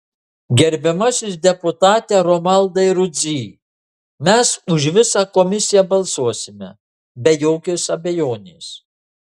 gerbiamasis deputate romualdai rudzy mes už visą komisiją balsuosime be jokios abejonės